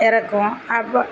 இறக்குவோம் அப்போ